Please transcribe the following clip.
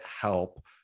help